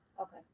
Okay